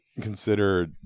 consider